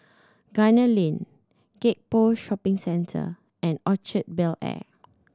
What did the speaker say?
Gunner Lane Gek Poh Shopping Centre and Orchard Bel Air